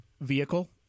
vehicle